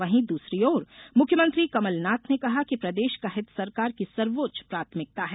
वहीं दूसरी ओर मुख्यमंत्री कमलनाथ ने कहा कि प्रदेश का हित सरकार की सर्वोच्च प्राथमिकता है